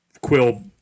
Quill